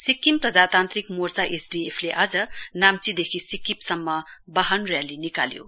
सिक्किम प्रजातान्त्रिक मोर्चा एसडिएफले आज नाम्चीदेखि सिक्किप सम्म वाहन रयाली निकाल्यो